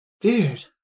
Dude